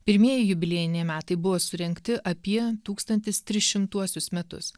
pirmieji jubiliejiniai metai buvo surengti apie tūkstantis tris šimtuosius metus